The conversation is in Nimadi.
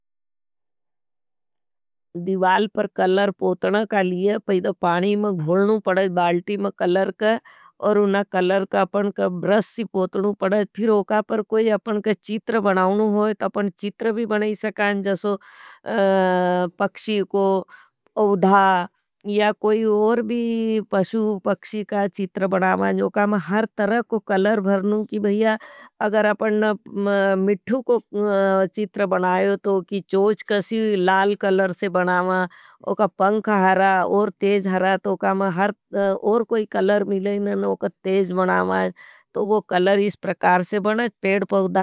दिवाल पर कलर पोतना कालिया, पहिंदा पानी में घोलनू पड़ाज, भाल्टी में कलर का। और उनना कलर का पण का ब्रस पोतनू पड़ाज, फिर ओकापर कोई अपन का चीत्र बनाओनु होई। ता पण चीत्र भी बनाई सकान, जसो पक्षी को ओधा या कोई ओर भ पक्षी का चीत्र बनाओनो। उकामा हर तरक को कलर भड़नू की भईया, अगर अपन मिठ्थू को चीत्र बनाओतो की, जोज कसी लाल कलर से बनाओं। उका पंख अरा, उर तेज अरातो उकामा हर और कोई कलर मिलै नन उका तेज बनाओन। तो वो कलर इस प्रकार से बने पेड़ पौधा।